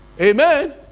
Amen